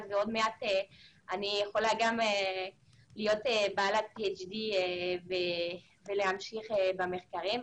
ועוד מעט אני יכולה להיות בעלת PHD ולהמשיך במחקרים.